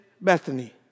Bethany